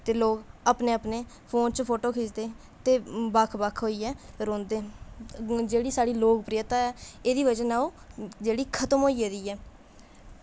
ते लोक अपने अपने फोन च फोटो खिच्चदे ते बक्ख बक्ख होइयै रौंह्दे न जेह्ड़ी साढ़ी लोकप्रियता ऐ एह्दी बजह कन्नै ओह् जेह्ड़ी खतम होई गेदी ऐ